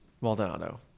Maldonado